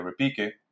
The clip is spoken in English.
Repique